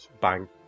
bang